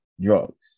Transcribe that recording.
drugs